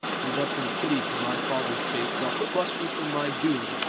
who thus in pity for my father's fate doth pluck me from my doom,